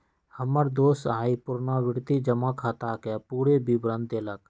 हमर दोस आइ पुरनावृति जमा खताके पूरे विवरण देलक